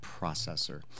processor